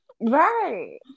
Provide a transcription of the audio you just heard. Right